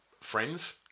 Friends